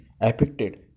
affected